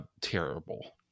terrible